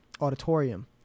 auditorium